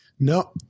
No